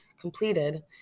completed